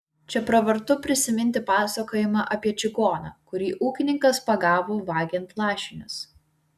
čia pravartu prisiminti pasakojimą apie čigoną kurį ūkininkas pagavo vagiant lašinius